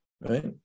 right